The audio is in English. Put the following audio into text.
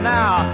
now